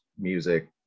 music